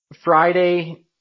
Friday